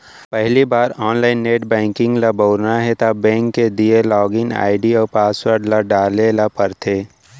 पहिली बार online net banking ल बउरना हे त बेंक के दिये लॉगिन आईडी अउ पासवर्ड ल डारे ल परथे